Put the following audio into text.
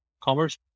commerce